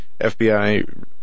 FBI